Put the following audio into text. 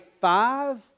five